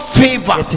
favor